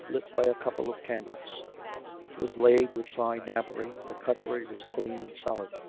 lit by a couple of candles it was laid with fine napery, and the cutlery was clean and solid.